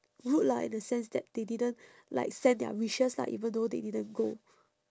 rude lah in the sense that they didn't like send their wishes lah even though they didn't go